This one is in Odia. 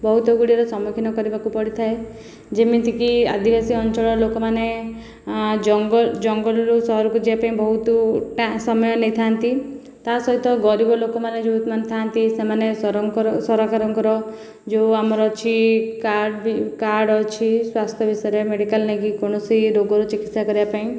ବହୁତ ଗୁଡ଼ିଏର ସମ୍ମୁଖୀନ କରିବାକୁ ପଡ଼ିଥାଏ ଯେମିତିକି ଆଦିବାସୀ ଅଞ୍ଚଳର ଲୋକମାନେ ଜଙ୍ଗଜଙ୍ଗଲରୁ ସହରକୁ ଯିବା ପାଇଁ ବହୁତ ଟା ସମୟ ନେଇଥାନ୍ତି ତା ସହିତ ଗରିବ ଲୋକମାନେ ଯେଉଁମାନେ ଥାନ୍ତି ସେମାନେ ସରଙ୍କରସରକାରଙ୍କର ଯେଉଁ ଆମର ଅଛି କାର୍ଡ଼ ବି କାର୍ଡ଼ ଅଛି ସ୍ୱାସ୍ଥ୍ୟ ବିଷୟରେ ମେଡ଼ିକାଲ୍ ନେଇକି କୌଣସି ରୋଗର ଚିକିତ୍ସା କରିବା ପାଇଁ